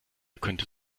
könnte